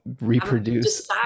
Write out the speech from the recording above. reproduce